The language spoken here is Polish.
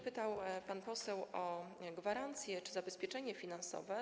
Pytał pan poseł o gwarancje czy zabezpieczenie finansowe.